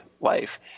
life